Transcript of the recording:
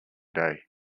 day